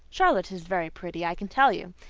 charlotte is very pretty, i can tell you.